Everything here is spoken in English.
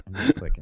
clicking